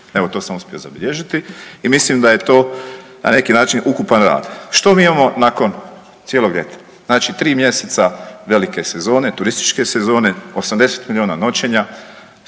Evo to sam uspio zabilježiti. I mislim da je to na neki način ukupan rad. Što mi imamo nakon cijeloga ljeta? Znači tri mjeseca velike sezone, turističke sezone, 80 milijuna noćenja,